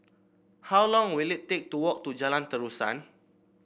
how long will it take to walk to Jalan Terusan